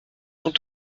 sont